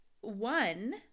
One